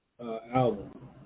album